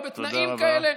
לא בתנאים כאלה,